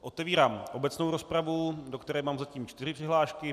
Otevírám obecnou rozpravu, do které mám zatím čtyři přihlášky.